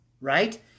Right